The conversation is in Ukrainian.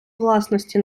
власності